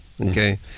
Okay